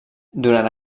durant